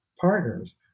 partners